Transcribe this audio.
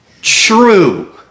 true